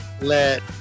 let